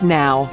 now